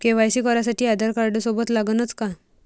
KYC करासाठी आधारकार्ड सोबत लागनच का?